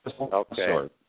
Okay